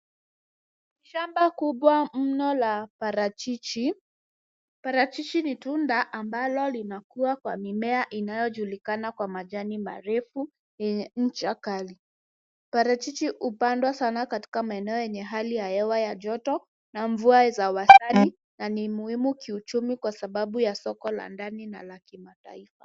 Shamba kubwa mno la parachichi. Parachichi ni tunda ambalo linakua kwa mimea inayojulikana kwa majani marefu yenye ncha kali. Parachichi hupandwa sana katika maeneo yenye hali ya hewa ya joto na mvua za wastani na ni muhimu kiuchumi kwa sababu ya soko la ndani na la kimataifa.